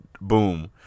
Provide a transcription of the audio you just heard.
Boom